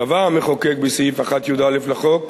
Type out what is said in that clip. קבע המחוקק בסעיף 1יא לחוק,